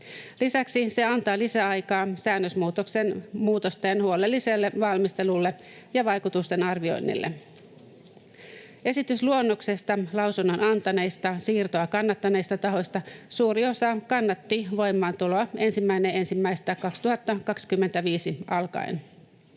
Lisäksi se antaa lisäaikaa säännösmuutosten huolelliselle valmistelulle ja vaikutusten arvioinnille. Esitysluonnoksesta lausunnon antaneista, siirtoa kannattaneista tahoista suuri osa kannatti voimaantuloa 1.1.2025 alkaen.